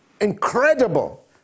incredible